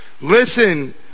Listen